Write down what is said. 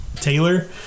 Taylor